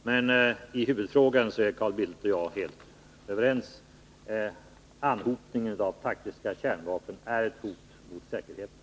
Men i huvudfrågan är Carl Bildt och jag helt överens: anhopningen av taktiska kärnvapen är ett hot mot säkerheten.